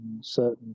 certain